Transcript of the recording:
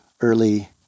early